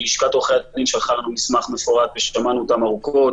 לשכת עורכי הדין שלחה לנו מסמך מפורט ושמענו אותם ארוכות,